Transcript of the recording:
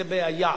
זה בעיה.